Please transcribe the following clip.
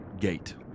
gate